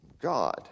God